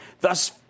thus